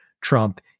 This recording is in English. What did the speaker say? Trump